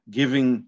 giving